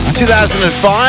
2005